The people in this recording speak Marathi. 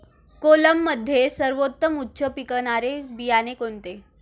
कोलममध्ये सर्वोत्तम उच्च पिकणारे बियाणे कोणते?